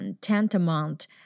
tantamount